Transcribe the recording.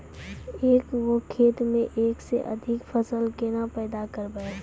एक गो खेतो मे एक से अधिक फसल केना पैदा करबै?